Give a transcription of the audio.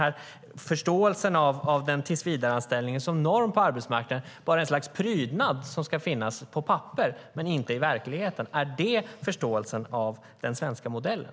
Är en tillsvidareanställning som norm på arbetsmarknaden bara ett slags prydnad som ska finnas på papper men inte i verkligheten? Är det förståelsen av den svenska modellen?